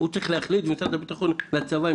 הוא צריך להחליט ומשרד הביטחון והצבא,